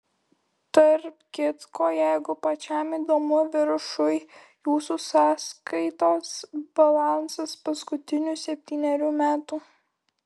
tarp kitko jeigu pačiam įdomu viršuj jūsų sąskaitos balansas paskutinių septynerių metų